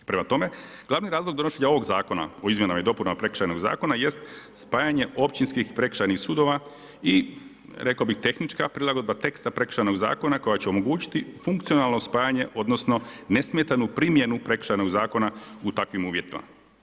Prema tome, glavni razlog donošenja ovog zakona o izmjenama i dopunama prekršajnog zakona jest spajanje općinskih i prekršajnih sudova i rekao bih tehnička prilagodba teksta prekršajnog zakona koja će omogućiti funkcionalno spajanje, odnosno nesmetanu primjenu prekršajnog zakona u takvim uvjetima.